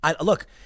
Look